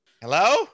Hello